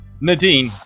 Nadine